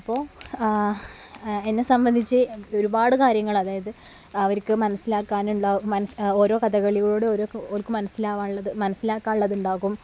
അപ്പോള് എന്നെ സംബന്ധിച്ച് ഒരുപാട് കാര്യങ്ങൾ അതായത് അവര്ക്ക് മനസ്സിലാക്കാനുള്ള ഓരോ കഥകളിയോടും അവർക്ക് മനസ്സിലാക്കാനുള്ളത് മനസിലാക്കാനുള്ളത് ഉണ്ടാകും